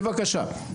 בבקשה.